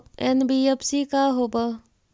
NBFC का होब?